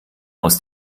aus